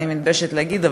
אני מתביישת להגיד,